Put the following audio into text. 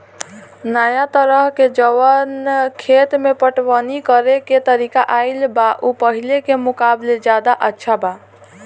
नाया तरह के जवन खेत के पटवनी करेके तरीका आईल बा उ पाहिले के मुकाबले ज्यादा अच्छा बा